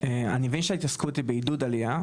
אני מבין שההתעסקות היא בעידוד עלייה,